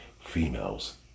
females